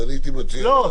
לא.